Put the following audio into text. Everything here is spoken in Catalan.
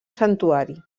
santuari